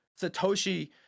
satoshi